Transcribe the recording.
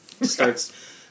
Starts